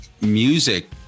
music